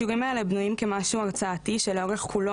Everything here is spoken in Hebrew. השיעורים האלה בנויים כמשהו הרצאתי שלאורך כולו